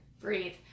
breathe